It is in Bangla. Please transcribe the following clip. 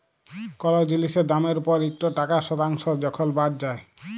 কল জিলিসের দামের উপর ইকট টাকা শতাংস যখল বাদ যায়